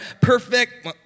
perfect